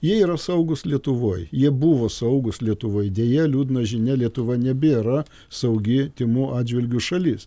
jie yra saugūs lietuvoj jie buvo saugūs lietuvoj deja liūdna žinia lietuva nebėra saugi tymų atžvilgiu šalis